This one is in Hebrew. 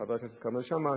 חבר הכנסת כרמל שאמה,